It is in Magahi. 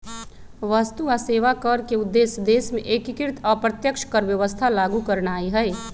वस्तु आऽ सेवा कर के उद्देश्य देश में एकीकृत अप्रत्यक्ष कर व्यवस्था लागू करनाइ हइ